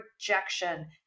rejection